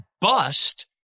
bust